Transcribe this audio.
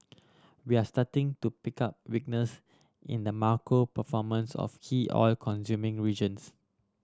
we are starting to pick up weakness in the macro performance of key oil consuming regions